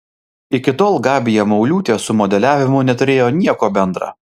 iki tol gabija mauliūtė su modeliavimu neturėjo nieko bendra